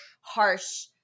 harsh